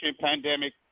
pandemic